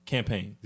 Campaign